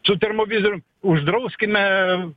su termovizorium uždrauskime